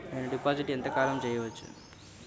నేను డిపాజిట్ ఎంత కాలం చెయ్యవచ్చు?